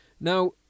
Now